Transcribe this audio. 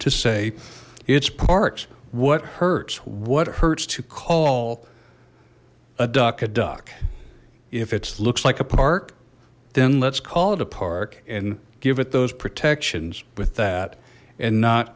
to say its parts what hurts what hurts to call a duck a duck if it looks like a park then let's call it a park and give it those protections with that and not